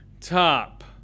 top